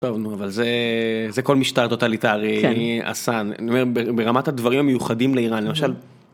אבל זה זה כל משטר טוטליטארי עשה ברמת הדברים המיוחדים לאיראן למשל.